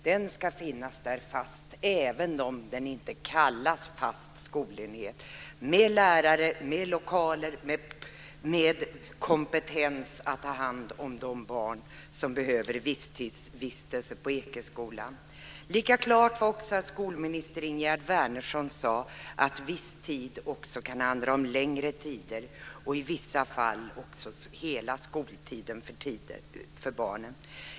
Den ska finnas där, även om den inte kallas fast skolenhet, med lärare, med lokaler och med kompetens att ta hand om de barn som behöver visstidsvistelse på Ekeskolan. Lika klart var det att skolminister Ingegerd Wärnersson sade att viss tid också kan handla om längre tider och i vissa fall också hela skoltiden för barnen.